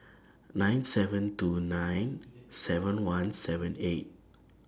nine seven two nine seven one seven eight